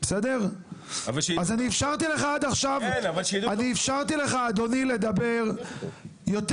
אני אפשרתי לך עד עכשיו לדבר יותר